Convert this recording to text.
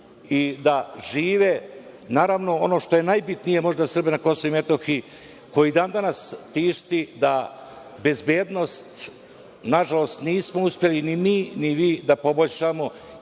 i da žive. Naravno, ono što je najbitnije možda Srba na KiM, koji je i dan danas isti, da bezbednost, nažalost nismo uspeli ni mi ni vi da poboljšamo,